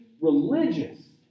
religious